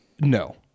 No